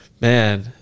Man